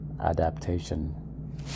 adaptation